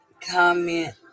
comment